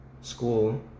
school